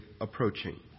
approaching